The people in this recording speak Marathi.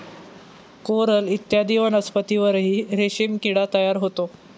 कोरल इत्यादी वनस्पतींवरही रेशीम किडा तयार होतो